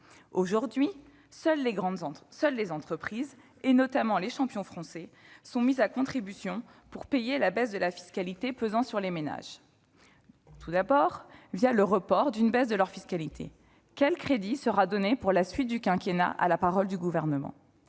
Aujourd'hui, seules les entreprises, notamment les champions français, sont mises à contribution pour payer la baisse de la fiscalité pesant sur les ménages. Cela passe tout d'abord par le report de la baisse de leur fiscalité : quel crédit sera donné, dans la suite du quinquennat, à la parole du Gouvernement ?